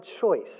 choice